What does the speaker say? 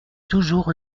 toujours